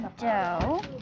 dough